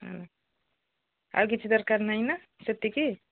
ହଁ ଆଉ କିଛି ଦରକାର ନାହିଁ ନା ସେତିକି